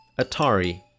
Atari